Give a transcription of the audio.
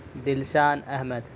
Dilshan Ahmad